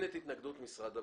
את התנגדות משרד הבריאות,